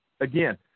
Again